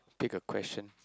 pick a question